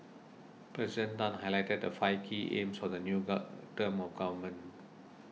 President Tan highlighted the five key aims for the new term of government